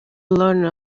learner